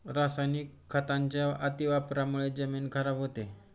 रासायनिक खतांच्या अतिवापरामुळे जमीन खराब होते